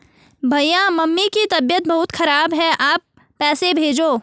भैया मम्मी की तबीयत बहुत खराब है आप पैसे भेजो